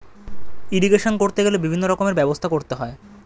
irrigation করতে গেলে বিভিন্ন রকমের ব্যবস্থা করতে হয়